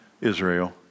Israel